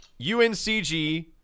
UNCG